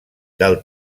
del